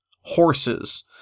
horses